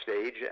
stage